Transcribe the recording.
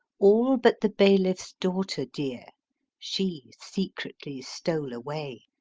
all but the bayliffe's daughter deare she secretly stole awaye.